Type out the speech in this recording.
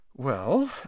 Well